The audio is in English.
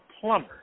plumber